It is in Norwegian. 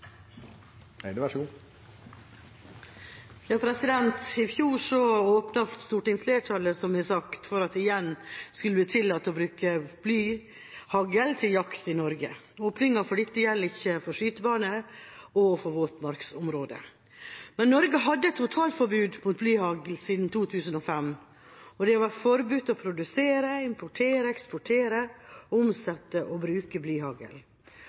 I fjor åpnet stortingsflertallet – som sagt – for at det igjen skulle bli tillatt å bruke blyhagl til jakt i Norge. Åpninga for dette gjelder ikke for skytebaner og for våtmarksområder. Norge hadde hatt et totalforbud mot blyhagl siden 2005, og det var forbudt å produsere, importere, eksportere, omsette og bruke